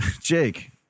Jake